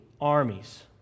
armies